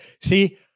See